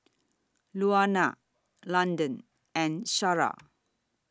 Luana Londyn and Shara